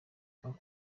uncle